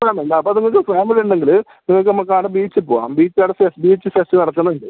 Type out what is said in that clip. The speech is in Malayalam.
ഫാമിലിയുണ്ടോ അപ്പോൾ നിങ്ങൾക്ക് ഫാമിലി ഉണ്ടെങ്കിൽ നിങ്ങൾക്ക് നമ്മൾക്കവിടെ ബീച്ച് പോവാം ബീച്ച് അവിടെ ഫെസ്റ്റ് ബീച്ച് ഫെസ്റ്റ് നടക്കുന്നുണ്ട്